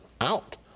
out